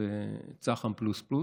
שזה צח"מ פלוס פלוס.